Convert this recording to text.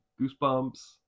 goosebumps